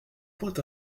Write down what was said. point